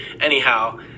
Anyhow